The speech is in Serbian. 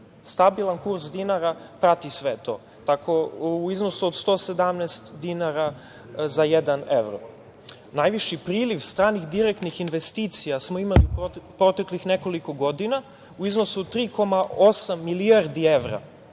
stabilan kurs dinara, prati sve to, u iznosu od 117 dinara za jedan evro. Najviši priliv stranih direktnih investicija smo imali proteklih nekoliko godina u iznosu od 3,8 milijardi evra.